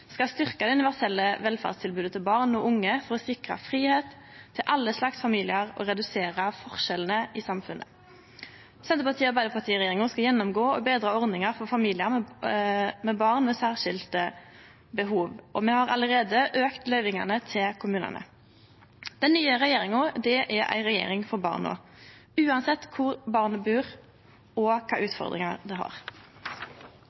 unge for å sikre fridom til alle slags familiar og redusere forskjellane i samfunnet. Senterparti–Arbeidarparti-regjeringa skal gjennomgå og betre ordningar for familiar med barn med særskilte behov, og me har allereie auka løyvingane til kommunane. Den nye regjeringa er ei regjering for barna, uansett kvar barna bur, og kva